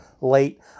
late